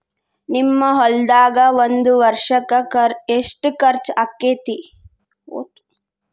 ನಿಮ್ಮ ಹೊಲ್ದಾಗ ಒಂದ್ ವರ್ಷಕ್ಕ ಎಷ್ಟ ಖರ್ಚ್ ಆಕ್ಕೆತಿ?